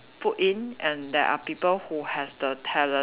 put in and there are people who has the talent